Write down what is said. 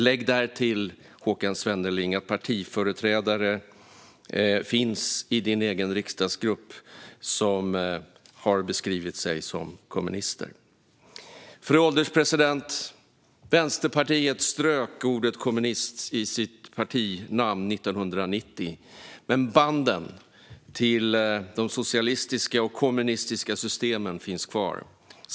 Lägg därtill, Håkan Svenneling, att det finns partiföreträdare i din egen riksdagsgrupp som har beskrivit sig som kommunister. Fru ålderspresident! Vänsterpartiet strök ordet "kommunisterna" från sitt partinamn 1990, men banden till de socialistiska och kommunistiska systemen finns kvar.